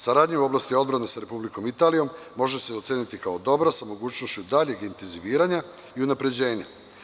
Saradnja u oblasti odbrane sa Republikom Italijom, može se oceniti kao dobra sa mogućnošću daljeg intenziviranja i unapređenja.